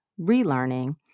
relearning